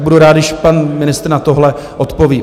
Budu rád, když pan ministr na tohle odpoví.